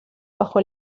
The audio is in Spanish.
bajo